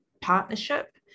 partnership